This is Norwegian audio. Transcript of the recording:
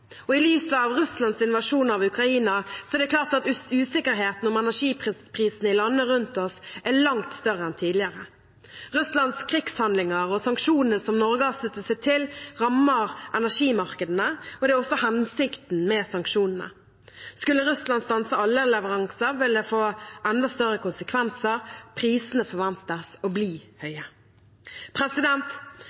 i Europa. I lys av Russlands invasjon av Ukraina er det klart at usikkerheten om energiprisene i landene rundt oss er langt større enn tidligere. Russlands krigshandlinger og sanksjonene som Norge har sluttet seg til, rammer energimarkedene. Det er også hensikten med sanksjonene. Skulle Russland stanse alle leveranser, vil det få enda større konsekvenser. Prisene forventes å bli høye.